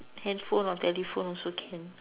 handphone or telephone also can